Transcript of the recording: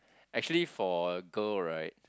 actually for a girl right